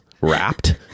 wrapped